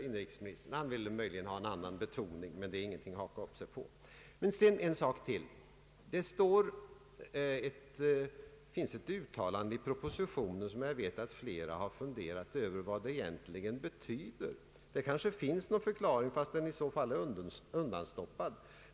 Inrikes ministern vill möjligen ha en annan betoning, men det är ingenting att haka upp sig på Sedan en sak till. Det finns ett uttalande i propositionen om vilket jag vet att flera har funderat över vad det egentligen betyder. Det finns kanske en förklaring, fastän den i så fall är undanstoppad.